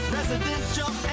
Residential